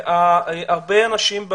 הרבה אנשים,